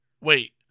Wait